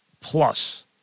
Plus